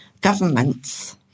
governments